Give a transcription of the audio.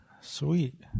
Sweet